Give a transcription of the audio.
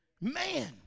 man